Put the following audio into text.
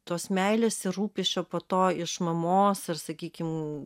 tos meilės ir rūpesčio po to iš mamos ir sakykim